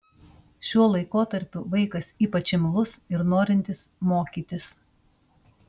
šiuo laikotarpiu vaikas ypač imlus ir norintis mokytis